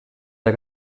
der